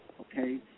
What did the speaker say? okay